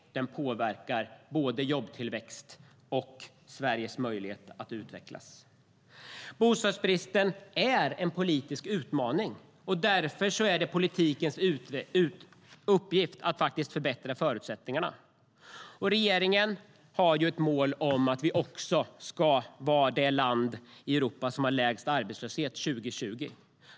Den påverkar både jobbtillväxt och Sveriges möjlighet att utvecklas. Bostadsbristen är en politisk utmaning, och därför är det politikens uppgift att förbättra förutsättningarna. Regeringen har ett mål om att Sverige ska vara det land i Europa som har lägst arbetslöshet 2020.